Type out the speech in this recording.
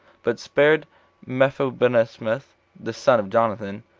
but spared mephibosheth the son of jonathan.